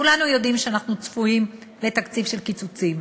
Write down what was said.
כולנו יודעים שאנחנו צפויים לתקציב של קיצוצים,